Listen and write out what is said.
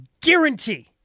guarantee